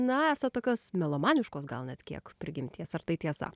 na esat tokios melomaniškos gal net kiek prigimties ar tai tiesa